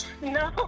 No